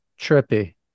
trippy